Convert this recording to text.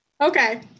Okay